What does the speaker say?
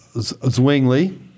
Zwingli